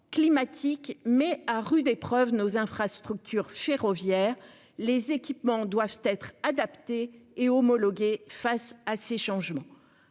climatique met à rude épreuve nos infrastructures ferroviaires, les équipements doivent être adaptées et homologué. Face à ces changements.